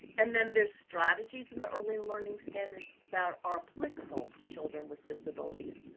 and then there's strategies in the early learning standards that are applicable to children with disabilities,